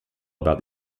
about